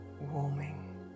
warming